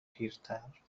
پیرتر